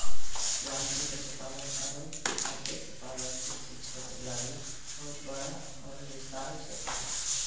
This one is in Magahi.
वानिकी, पशुपालन अरो मत्स्य पालन कृषि क्षेत्र लागी बहुत बड़ा आरो विशाल क्षेत्र हइ